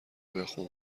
بخون